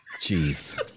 Jeez